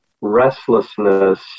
restlessness